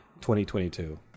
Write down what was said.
2022